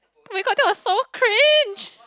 oh-my-god that was so cringe